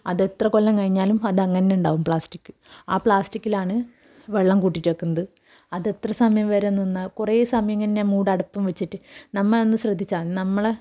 അതെത്ര കൊല്ലം കഴിഞ്ഞാലും അതങ്ങനെ ഉണ്ടാകും പ്ലാസ്റ്റിക് ആ പ്ലാസ്റ്റിക്കിലാണ് വെള്ളം കൂട്ടിയിട്ട് വെക്കുന്നത് അതെത്ര സമയം വരെ നിന്നാൽ കുറേ സമയം ഇങ്ങന്നെ മൂടടപ്പും വെച്ചിട്ട് നമ്മൾ ഒന്ന് ശ്രദ്ധിച്ചാൽ മതി നമ്മളെ